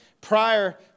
Prior